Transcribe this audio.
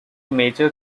major